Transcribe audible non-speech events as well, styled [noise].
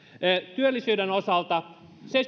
työllisyyden osalta seitsemänkymmentäviisi prosenttia se [unintelligible]